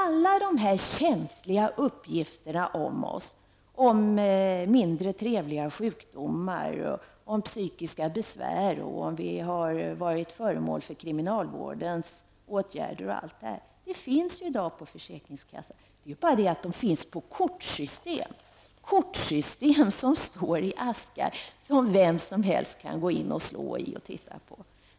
Alla känsliga uppgifter om oss -- mindre trevliga sjukdomar, psykiska besvär, om vi har varit föremål för kriminalvårdens åtgärder, m.m. -- finns i dag på försäkringskassorna. Skillnaden är bara att de finns i kortsystem som står i askar och som vem som helst kan gå in och slå i och titta på.